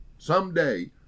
someday